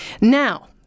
Now